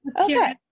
Okay